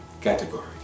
category